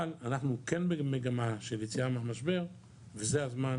אבל אנחנו כן במגמה של יציאה מהמשבר וזה הזמן